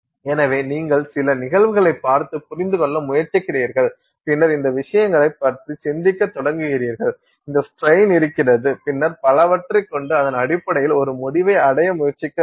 எனவே நீங்கள் சில நிகழ்வுகளைப் பார்த்து புரிந்து கொள்ள முயற்சிக்கிறீர்கள் பின்னர் இந்த விஷயங்களைப் பற்றி சிந்திக்கத் தொடங்குகிறீர்கள் இந்த ஸ்ட்ரெயின் இருக்கிறது பின்னர் பலவற்றைக் கொண்டு அதன் அடிப்படையில் ஒரு முடிவை அடைய முயற்சிக்க வேண்டும்